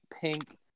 pink